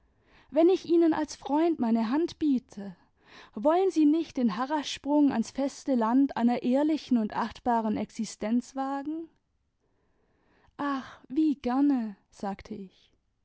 wenn ich ihnen als freund meine hand biete wollen sie nicht den harrassprung ans feste land einer ehrlichen und achtbaren existenz wagen ach wie gerne sagte ich